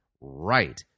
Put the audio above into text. Right